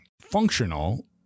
functional